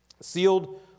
sealed